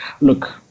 look